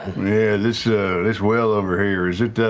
this ah this well over here, is it